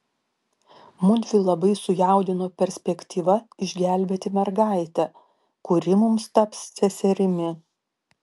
mudvi labai sujaudino perspektyva išgelbėti mergaitę kuri mums taps seserimi